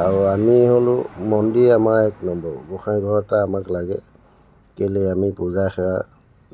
আৰু আমি হ'লোঁ মন্দিৰ আমাৰ এক নম্বৰ গোহাঁইঘৰ এটা আমাক লাগে কেলে আমি পূজা সেৱা